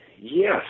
yes